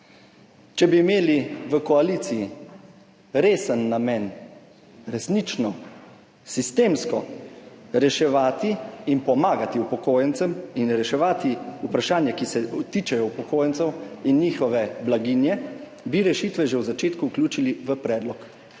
Če bi imeli v koaliciji resen namen resnično sistemsko reševati in pomagati upokojencem in reševati vprašanja, ki se tičejo upokojencev in njihove blaginje, bi rešitve že na začetku vključili v predlog